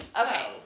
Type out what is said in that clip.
Okay